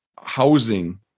housing